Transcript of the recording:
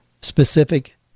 specific